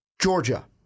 Georgia